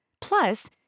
Plus